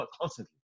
constantly